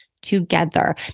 together